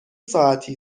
ساعتی